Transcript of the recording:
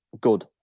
good